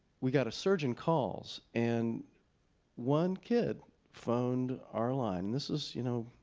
we got a surge in calls. and one kid phoned our line, this was, you know,